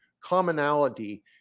commonality